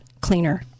cleaner